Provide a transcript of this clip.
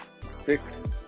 six